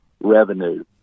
revenue